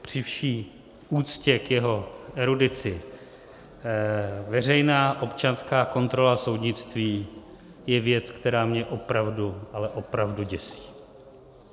Při vší úctě k jeho erudici, veřejná občanská kontrola soudnictví je věc, která mě opravdu, ale opravdu děsí.